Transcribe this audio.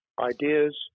Ideas